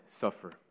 suffer